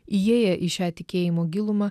įėję į šią tikėjimo gilumą